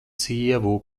sievu